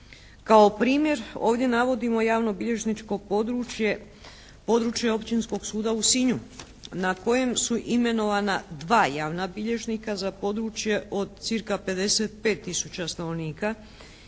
Kao primjer ovdje navodimo javno-bilježničko područje, područje Općinskog suda u Sinju na kojem su imenovana dva javna bilježnika za područje od cirka 55 tisuća stanovnika